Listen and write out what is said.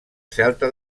celta